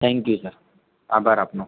thank you sir આભાર આપનો